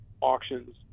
auctions